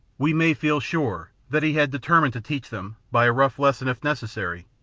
we may feel sure that he had determined to teach them, by a rough lesson if lecessary,